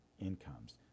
incomes